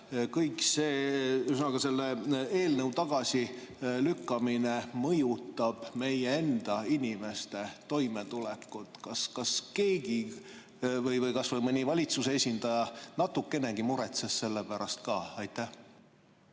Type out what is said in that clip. Kuidas selle eelnõu tagasilükkamine mõjutab meie enda inimeste toimetulekut? Kas keegi, mõni valitsuse esindaja natukenegi muretses selle pärast? Aitäh!